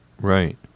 right